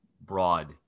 broad